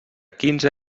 quinze